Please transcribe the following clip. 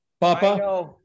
Papa